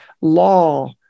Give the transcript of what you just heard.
law